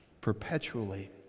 perpetually